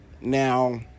Now